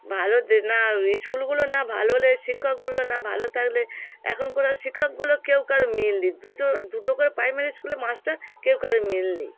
ভালো দে না স্কুলগুলো না ভালো হলে শিক্ষকগুলো না ভালো থাকলে এখন করা শিক্ষকগুলো কেউ কারো মিল নেই দুজো দুটো করে প্রাইমারি স্কুলে মাস্টার কেউ কারো মিল নেই